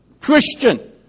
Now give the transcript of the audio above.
Christian